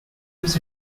was